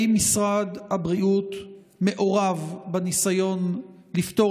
האם משרד הבריאות מעורב בניסיון לפתור